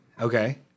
Okay